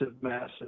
massive